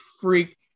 freak